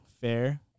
fair